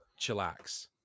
Chillax